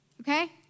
okay